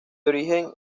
origen